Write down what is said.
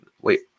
wait